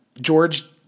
George